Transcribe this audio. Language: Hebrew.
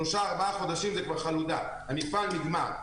שלושה-ארבעה חודשים זה כבר חלודה, המפעל נגמר,